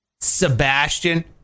Sebastian